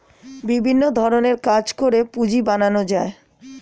বিভিন্ন ধরণের কাজ করে পুঁজি বানানো যায়